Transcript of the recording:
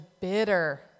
bitter